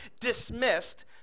dismissed